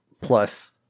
plus